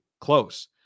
close